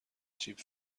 چیپ